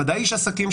ודאי איש עסקים,